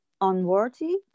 unworthy